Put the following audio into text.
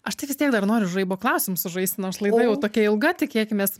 aš tai vis tiek dar noriu žaibo klausimus sužaisti nors laida jau tokia ilga tikėkimės